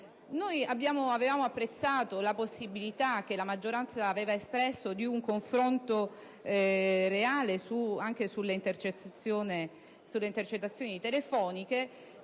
Avevamo apprezzato la possibilità che la maggioranza aveva espresso di un confronto reale anche sulle intercettazioni telefoniche: